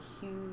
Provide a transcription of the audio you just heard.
huge